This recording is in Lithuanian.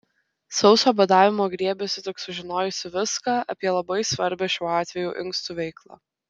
sauso badavimo griebėsi tik sužinojusi viską apie labai svarbią šiuo atveju inkstų veiklą